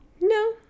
No